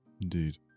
indeed